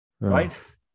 right